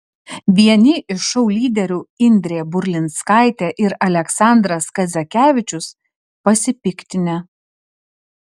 vieni iš šou lyderių indrė burlinskaitė ir aleksandras kazakevičius pasipiktinę